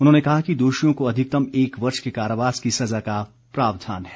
उन्होंने कहा कि दोषियों को अधिकतम एक वर्ष के कारावास की सजा का प्रावधान है